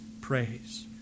praise